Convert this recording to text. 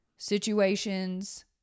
situations